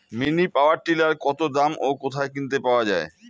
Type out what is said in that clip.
Mini power tiller কত দাম ও কোথায় কিনতে পাওয়া যায়?